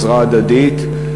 עזרה הדדית.